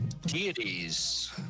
Deities